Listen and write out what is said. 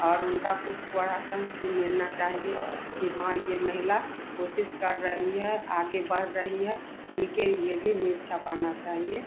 और उनका कुछ प्रोत्साहन भी मिलना चाहिए कि हाँ यह महिला कोशिश कर रही है आगे बढ़ रही है उनके लिए भी न्यूज़ छपाना चाहिए